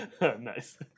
Nice